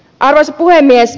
arvoisa puhemies